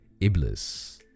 Iblis